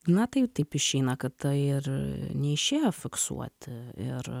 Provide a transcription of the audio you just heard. na tai taip išeina kad tai ir neišėjo fiksuoti ir